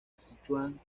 sichuan